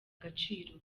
agaciro